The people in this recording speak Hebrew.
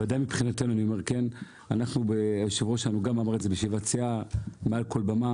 ודאי מבחינתנו - היושב שלנו אמר אל זה בישיבת סיעה ומעל כל במה